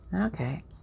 Okay